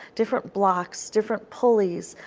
different blocks, different pulleys.